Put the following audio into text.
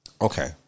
Okay